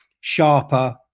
sharper